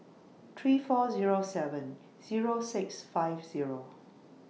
three four Zero seven Zero six five Zero